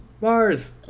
Mars